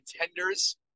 contenders